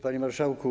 Panie Marszałku!